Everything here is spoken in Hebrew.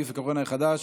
נגיף הקורונה החדש)